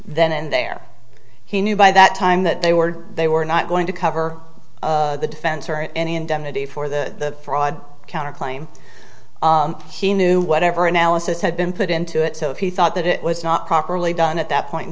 then and there he knew by that time that they were they were not going to cover the defense or any indemnity for the fraud counterclaim he knew whatever analysis had been put into it so if he thought that it was not properly done at that point in